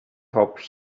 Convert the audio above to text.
hoped